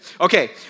Okay